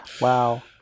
Wow